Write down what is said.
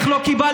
לא מבין